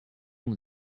room